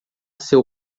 seu